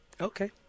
Okay